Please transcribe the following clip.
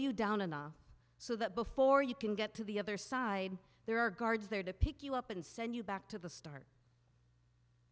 you down and so that before you can get to the other side there are guards there to pick you up and send you back to the start